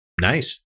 nice